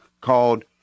called